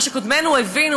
מה שקודמינו הבינו,